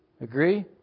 Agree